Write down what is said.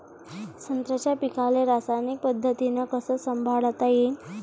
संत्र्याच्या पीकाले रासायनिक पद्धतीनं कस संभाळता येईन?